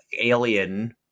alien